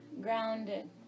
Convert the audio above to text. grounded